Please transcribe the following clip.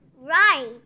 Right